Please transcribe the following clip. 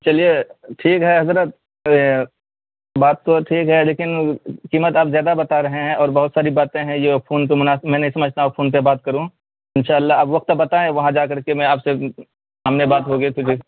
چلیے ٹھیک ہے حضرت بات تو ٹھیک ہے لیکن قیمت آپ زیادہ بتا رہے ہیں اور بہت ساری باتیں ہیں جو فون پہ مناسب میں نہیں سمجھتا ہوں فون پہ بات کروں ان شاء اللہ اب وقت بتائیں وہاں جا کر کے میں آپ سے سامنے بات ہوگی پھر